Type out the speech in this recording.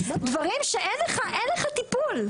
דברים שאין לך טיפול.